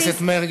חבר הכנסת מרגי,